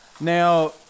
Now